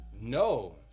No